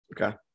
Okay